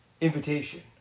invitation